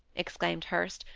exclaimed hurst,